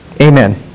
amen